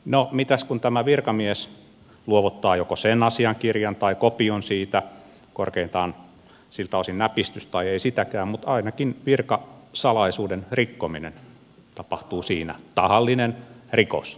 no mitäs kun tämä virkamies luovuttaa joko sen asiakirjan tai kopion siitä korkeintaan siltä osin näpistys tai ei sitäkään mutta ainakin virkasalaisuuden rikkominen tapahtuu siinä vaiheessa